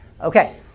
okay